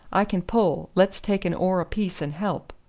i can pull let's take an oar apiece and help.